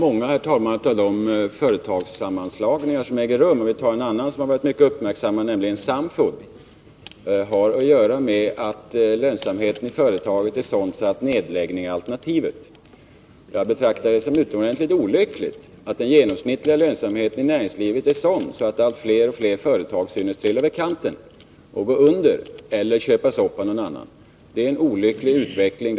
Herr talman! Många av de företagssammanslagningar som äger rum — låt mig peka på en annan sådan, som varit mycket uppmärksammad, nämligen bildandet av Samfood — har att göra med att lönsamheten i företaget är sådan att nedläggning är alternativet. Jag betraktar det som utomordentligt olyckligt att den genomsnittliga lönsamheten i näringslivet är sådan att allt fler företag ”trillar över kanten”, dvs. går under, eller köps upp av något annat företag. Det är en olycklig utveckling.